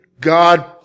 God